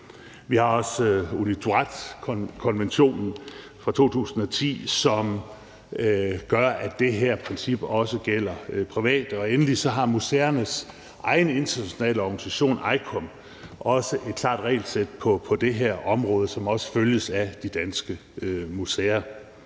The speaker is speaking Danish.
Vi har også UNIDROIT-konventionen fra 2010, som gør, at det her princip også gælder private. Og endelig har museernes egen internationale organisation ICOM også et klart regelsæt på det her område, som også følges af de danske museer.